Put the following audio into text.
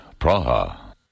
Praha